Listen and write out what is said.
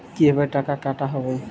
কিভাবে টাকা কাটা হবে?